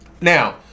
Now